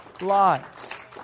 lives